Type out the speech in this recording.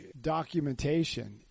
documentation